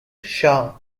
shah